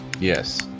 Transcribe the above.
Yes